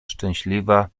szczęśliwa